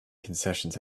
concessions